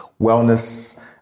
wellness